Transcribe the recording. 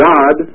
God